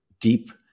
deep